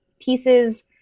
pieces